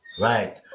Right